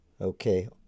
Okay